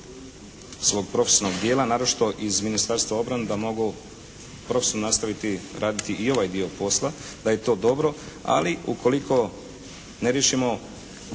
svog profesionalnog dijela, naročito iz Ministarstva obrane da mogu profesionalno nastaviti raditi i ovaj dio posla, da je to dobro. Ali ukoliko ne riješimo